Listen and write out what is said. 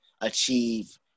achieve